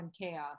chaos